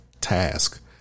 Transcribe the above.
task